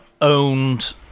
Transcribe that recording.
owned